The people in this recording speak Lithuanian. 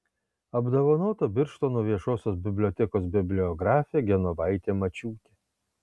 apdovanota birštono viešosios bibliotekos bibliografė genovaitė mačiūtė